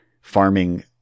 farming